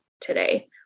today